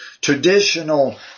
traditional